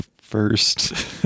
first